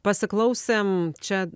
pasiklausėm čia